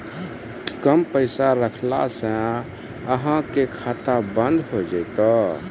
कम पैसा रखला से अहाँ के खाता बंद हो जैतै?